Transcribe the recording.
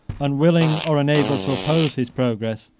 unwilling or unable to oppose his progress,